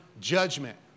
judgment